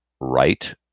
right